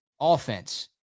offense